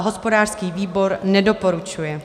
Hospodářský výbor nedoporučuje.